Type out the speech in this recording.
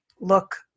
look